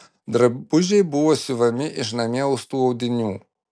drabužiai buvo siuvami iš namie austų audinių